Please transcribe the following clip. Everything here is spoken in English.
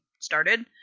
started